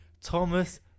Thomas